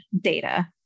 data